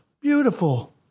beautiful